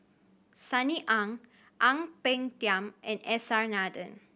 Sunny Ang Ang Peng Tiam and S R Nathan